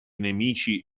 nemici